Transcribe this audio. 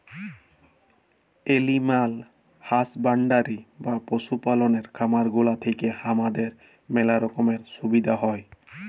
animal husbandry বা পশু পাললের খামার গুলা থেক্যে হামাদের ম্যালা রকমের সুবিধা হ্যয়